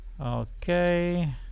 Okay